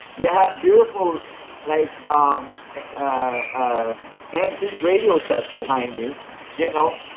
you have beautiful like um ah antic radial sets behind you you know